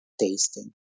tasting